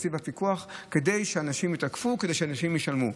תקציב הפיקוח כדי שאנשים יתקפו וישלמו.